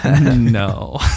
No